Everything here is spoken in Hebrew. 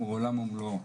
עולם ומלואו.